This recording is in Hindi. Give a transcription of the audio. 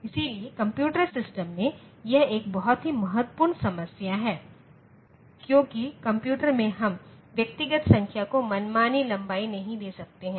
इसलिए कंप्यूटर सिस्टम में यह एक बहुत ही महत्वपूर्ण समस्या है क्योंकि कंप्यूटर में हम व्यक्तिगत संख्या को मनमानी लंबाई नहीं दे सकते हैं